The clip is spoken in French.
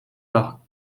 par